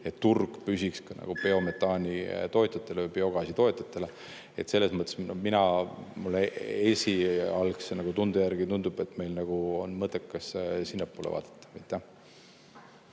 et turg püsiks ka biometaani tootjatele või biogaasi tootjatele. Selles mõttes mulle esialgse tunde järgi tundub, et meil on mõttekas sinnapoole vaadata.